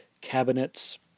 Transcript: cabinets